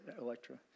Electra